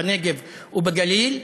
בנגב ובגליל.